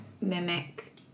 mimic